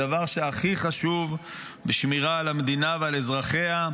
בדבר שהכי חשוב בשמירה על המדינה ועל אזרחיה,